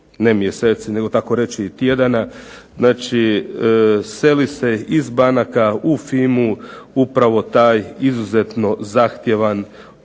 ne mjeseci nego tako reći i tjedana, znači seli se iz banaka u FINU upravo taj izuzetno zahtjevan i